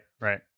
right